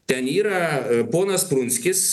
ten yra ponas prunskis